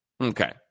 Okay